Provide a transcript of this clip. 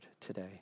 today